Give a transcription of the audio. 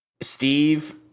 Steve